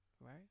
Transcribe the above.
right